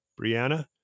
Brianna